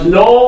no